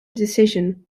decision